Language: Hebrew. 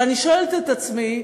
ואני שואלת את עצמי,